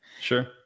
Sure